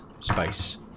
space